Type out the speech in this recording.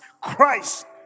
Christ